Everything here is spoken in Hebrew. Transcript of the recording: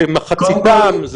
זה מחציתן?